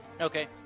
Okay